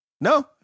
No